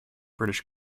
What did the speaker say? british